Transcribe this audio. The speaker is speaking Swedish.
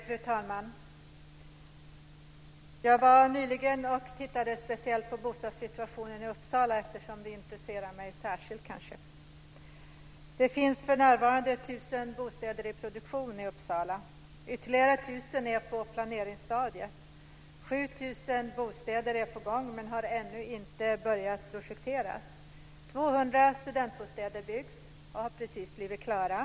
Fru talman! Nyligen var jag i Uppsala och tittade speciellt på bostadssituationen där eftersom det kanske särskilt intresserar mig. För närvarande finns det 1 000 bostäder i produktion i Uppsala. Ytterligare 1 000 bostäder är på planeringsstadiet. 7 000 bostäder är på gång men har ännu inte börjat projekteras. 200 studentbostäder byggs och är precis klara.